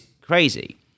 crazy